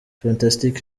fantastic